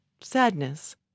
Sadness